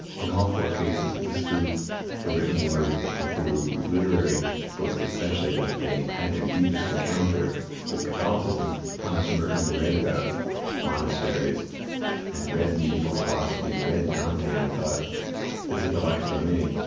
in all four cases, it was through the written word and through literary books, especially, that they had their deepest encounter with catholicism. thomas merton read about monasteries and read medieval philosophy and read dante and thought this is the life for me.